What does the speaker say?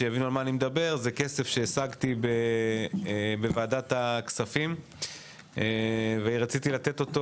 השגתי כסף בוועדת הכספים ורציתי לתת אותו